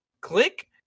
Click